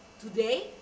today